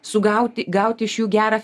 sugauti gauti iš jų gerą